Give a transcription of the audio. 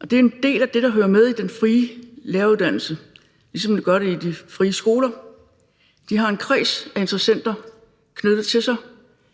og det er en del af det, der hører med i den frie læreruddannelse, ligesom det gør det i de frie skoler. De har en kreds af interessenter knyttet til sig,